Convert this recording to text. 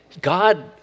God